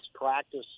practice